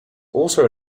also